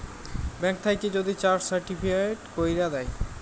bank থ্যাইকে যদি cheque certified ক্যইরে দ্যায়